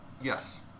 Yes